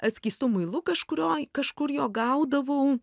skystu muilu kažkurioj kažkur jo gaudavau